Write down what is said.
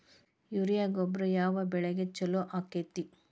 Urea ಗೊಬ್ಬರ ಯಾವ ಬೆಳಿಗೆ ಛಲೋ ಆಕ್ಕೆತಿ?